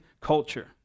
culture